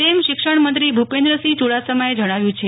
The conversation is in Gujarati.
તેમ શિક્ષણમંત્રી ભૂપેન્દ્રસિંહ યૂડાસમાએ જણાવ્યું છે